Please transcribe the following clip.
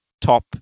top